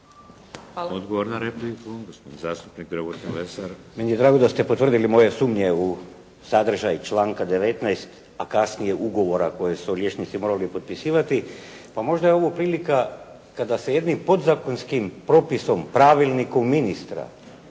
Odgovor na repliku, gospodin zastupnik Dragutin Lesar.